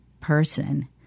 person